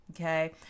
okay